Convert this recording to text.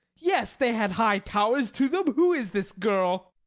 yes, they had high towers to them. who is this girl?